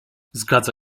zgadza